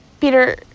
Peter